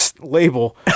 label